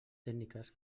tècniques